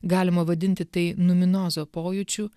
galima vadinti tai numinozo pojūčiu